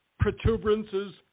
protuberances